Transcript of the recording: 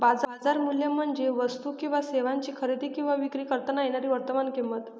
बाजार मूल्य म्हणजे वस्तू किंवा सेवांची खरेदी किंवा विक्री करता येणारी वर्तमान किंमत